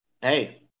Hey